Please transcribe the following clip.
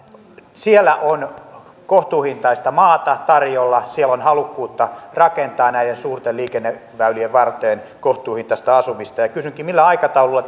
on kohtuuhintaista maata tarjolla siellä on halukkuutta rakentaa näiden suurten liikenneväylien varteen kohtuuhintaista asumista kysynkin millä aikataululla